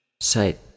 sight